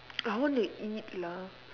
I want to eat lah